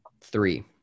Three